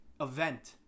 event